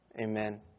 Amen